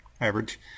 average